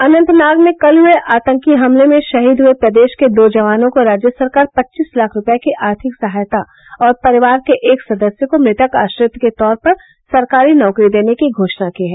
अनन्तनाग में कल हुए आतंकी हमले में शहीद हुए प्रदेश के दो जवानों को राज्य सरकार पच्चीस लाख रूपये की आर्थिक सहायता और परिवार के एक सदस्य को मृतक आश्रित के तौर पर सरकारी नौकरी देने की घोषणा की है